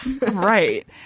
Right